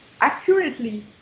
accurately